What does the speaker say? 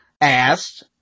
asked